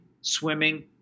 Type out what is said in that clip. swimming